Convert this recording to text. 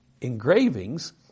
engravings